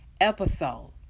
episode